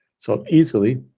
so easily,